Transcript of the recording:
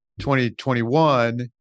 2021